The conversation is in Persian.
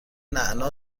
نعنا